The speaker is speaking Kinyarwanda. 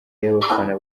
y’abafana